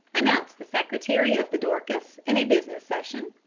announced the secretary of the dorcas in a business session.